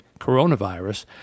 coronavirus